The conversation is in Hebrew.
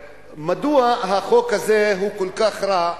מדוע החוק הזה הוא כל כך רע,